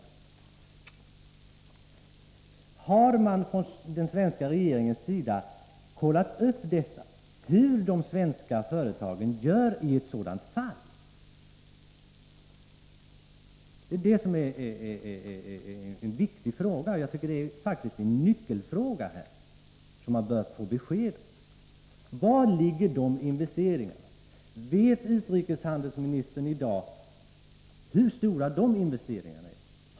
Har den svenska regeringen kontrollerat hur de svenska företagen gör i sådana fall? Det är en viktig fråga, som faktiskt är så central att man bör få besked om hur det förhåller sig. Vet utrikeshandelsministern hur stora dessa investeringar är?